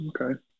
Okay